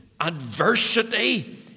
adversity